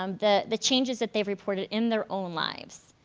um the the changes that they've reported in their own lives.